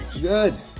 Good